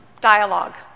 dialogue